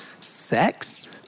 sex